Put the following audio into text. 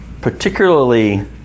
particularly